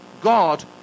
God